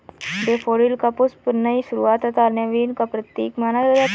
daffodil का पुष्प नई शुरुआत तथा नवीन का प्रतीक माना जाता है